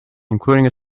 including